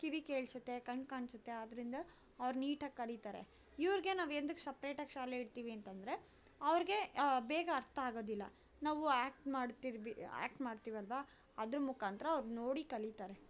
ಕಿವಿ ಕೇಳ್ಸುತ್ತೆ ಕಣ್ಣು ಕಾಣ್ಸುತ್ತೆ ಆದ್ದರಿಂದ ಅವ್ರು ನೀಟಾಗಿ ಕಲಿತಾರೆ ಇವ್ರಿಗೆ ನಾವು ಎಂತಕ್ ಸಪ್ರೇಟಾಗಿ ಶಾಲೆ ಇಡ್ತೀವಿ ಅಂತಂದರೆ ಅವ್ರಿಗೆ ಬೇಗ ಅರ್ಥ ಆಗೋದಿಲ್ಲ ನಾವು ಆ್ಯಕ್ಟ್ ಮಾಡ್ತಿರ ಆ್ಯಕ್ಟ್ ಮಾಡ್ತೀವಲ್ವ ಅದ್ರ ಮುಖಾಂತ್ರ ಅವ್ರು ನೋಡಿ ಕಲಿತಾರೆ